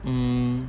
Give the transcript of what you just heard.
um